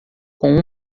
com